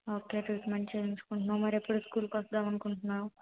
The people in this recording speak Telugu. ఓకే ట్రీట్మెంట్ చేయించుకుంటున్నావు మరి ఎప్పుడు స్కూల్కి వద్దామని అనుకుంటున్నావు